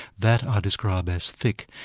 that i describe as thick,